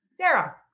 Sarah